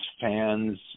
fans